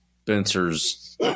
Spencer's